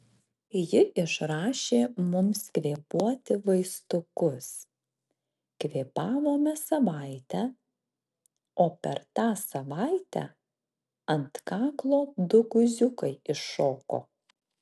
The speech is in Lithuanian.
ji išrašė mums kvėpuoti vaistukus kvėpavome savaitę o per tą savaitę ant kaklo du guziukai iššoko